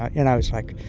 and i was like,